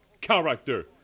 character